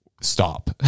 Stop